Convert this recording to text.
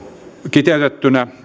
kiteytettynä